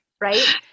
right